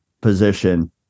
position